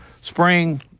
spring